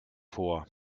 vor